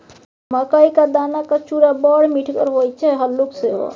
मकई क दानाक चूड़ा बड़ मिठगर होए छै हल्लुक सेहो